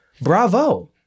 Bravo